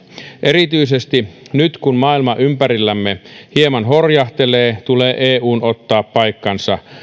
erityisesti nyt kun maailma ympärillämme hieman horjahtelee tulee eun ottaa paikkansa